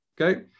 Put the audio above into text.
Okay